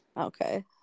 Okay